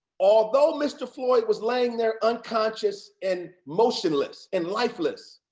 although mr. floyd was laying there unconscious, and motionless, and lifeless,